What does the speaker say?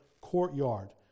courtyard